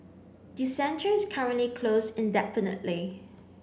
the centre is currently closed indefinitely